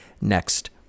next